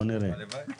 הלוואי.